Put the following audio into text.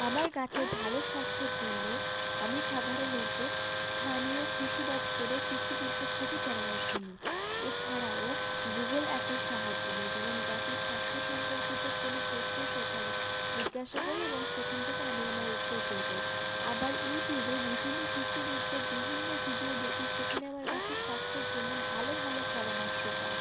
আমার গাছের ভালো স্বাস্থ্যের জন্য আমি সাধারণত স্থানীয় কৃষি দপ্তরে কৃষিবিদদের থেকে পরামর্শ নিই এছাড়াও গুগল অ্যাপের সাহায্য নিই যেমন গাছের স্বাস্থ্য সম্পর্কিত কোনো প্রশ্ন সেখানে জিজ্ঞাসা করি এবং সেখান থেকে আমি আমার উত্তর পেয়ে যাই আবার ইউটিউবে বিভিন্ন কৃষিবিদদের বিভিন্ন ভিডিও দেখি সেখানে আমার গাছের স্বাস্থ্যের জন্য ভালো ভালো পরামর্শ পাই